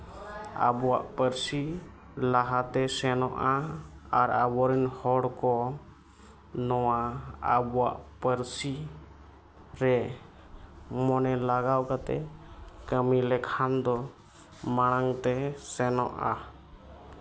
ᱟᱵᱚᱣᱟᱜ ᱯᱟᱹᱨᱥᱤ ᱞᱟᱦᱟᱛᱮ ᱥᱮᱱᱚᱜᱼᱟ ᱟᱨ ᱟᱵᱚ ᱨᱮᱱ ᱦᱚᱲ ᱠᱚ ᱱᱚᱣᱟ ᱟᱵᱚᱣᱟᱜ ᱯᱟᱹᱨᱥᱤ ᱨᱮ ᱢᱚᱱᱮ ᱞᱟᱜᱟᱣ ᱠᱟᱛᱮᱫ ᱠᱟᱹᱢᱤ ᱞᱮᱠᱷᱟᱱ ᱫᱚ ᱢᱟᱲᱟᱝᱛᱮ ᱥᱮᱱᱚᱜᱼᱟ